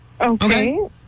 Okay